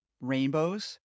rainbows